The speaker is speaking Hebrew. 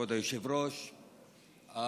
כבוד היושב-ראש,